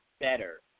better